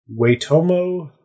Waitomo